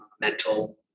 mental